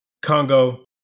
Congo